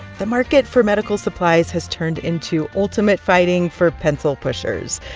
the market for medical supplies has turned into ultimate fighting for pencil pushers.